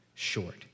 short